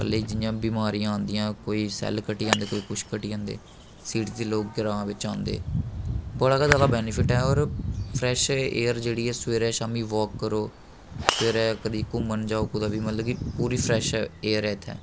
कल्लै गी जि'यां बमारियां आंदियां कोई सैल्ल घटी जंदे कोई कुछ घटी जंदे सिटी दे लोक ग्रां बिच्च आंदे बड़ा गै जैदा बैनफिट ऐ और फ्रैश एयर जेह्ड़ी ऐ सवेरै शामीं वाक करो सवेरै कदी घूमन्न जाओ कुदै बी मतलब कि पूरी फ्रैश एयर ऐ इत्थै